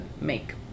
make